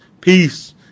Peace